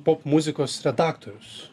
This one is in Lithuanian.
popmuzikos redaktorius